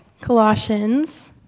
Colossians